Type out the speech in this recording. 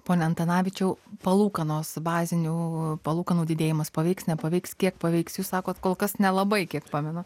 pone antanavičiau palūkanos bazinių palūkanų didėjimas paveiks nepaveiks kiek paveiks jūs sakot kol kas nelabai kiek pamenu